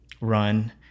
run